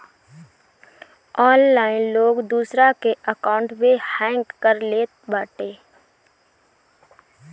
online लोग दूसरा के अकाउंटवे हैक कर लेत बाटे